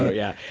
yeah,